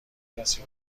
کسی